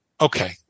okay